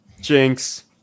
Jinx